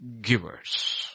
givers